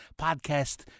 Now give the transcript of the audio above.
podcast